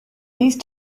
these